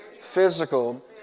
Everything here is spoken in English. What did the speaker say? physical